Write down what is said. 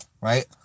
right